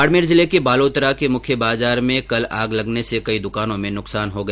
बाड़मेर जिले के बालोतरा के मुख्य बाजार में कल आग लगने से कई दुकानों में नुकसान हो गया